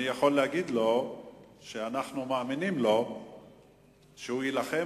אני יכול להגיד לו שאנחנו מאמינים לו שהוא יילחם,